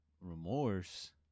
Remorse